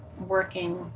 working